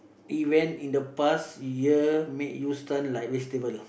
event in the past year make you stun like vegetable lah